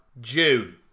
June